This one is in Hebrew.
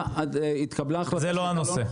זה לא הנושא.